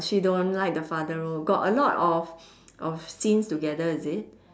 she don't like the father role got a lot of of scenes together is it